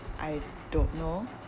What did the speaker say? I don't know